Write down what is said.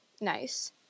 nice